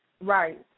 Right